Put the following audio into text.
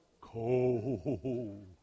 cold